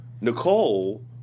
Nicole